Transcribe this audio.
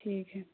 ٹھیک ہے